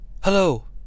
Hello